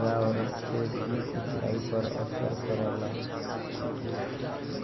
पर्यावरण से भी सिंचाई पर असर करला